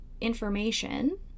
information